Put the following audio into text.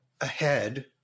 ahead